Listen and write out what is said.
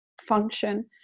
function